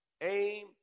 aim